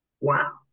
Wow